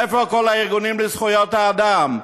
איפה כל הארגונים לזכויות האדם?